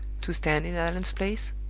to stand in allan's place?